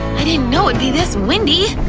i didn't know it'd be this windy.